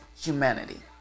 humanity